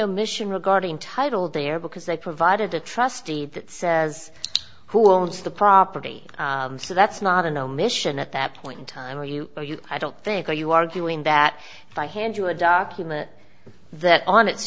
omission regarding title there because they provided a trustee that says who owns the property so that's not an omission at that point in time are you are you i don't think are you arguing that if i hand you a document that on its